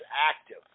active